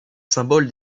symbole